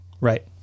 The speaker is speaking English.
Right